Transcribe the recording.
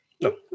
No